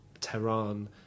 Tehran